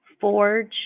forge